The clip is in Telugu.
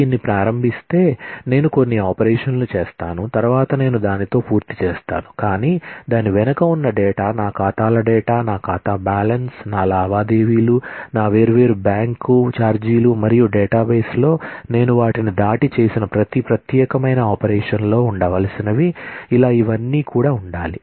దీన్ని ప్రారంభిస్తే నేను కొన్ని ఆపరేషన్లు చేస్తాను తర్వాత నేను దానితో పూర్తి చేస్తాను కానీ దాని వెనుక ఉన్న డేటా నా ఖాతాల డేటా నా ఖాతా బ్యాలెన్స్ నా లావాదేవీలు నా వేర్వేరు బ్యాంక్ ఛార్జీలు మరియు డేటాబేస్లో నేను వాటిని దాటి చేసిన ప్రతి ప్రత్యేకమైన ఆపరేషన్లో ఉండవలసినవి ఇలా ఇవన్నీ కూడా ఉండాలి